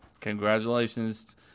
Congratulations